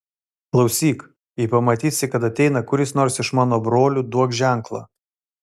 klausyk jei pamatysi kad ateina kuris nors iš mano brolių duok ženklą